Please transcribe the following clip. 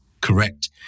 correct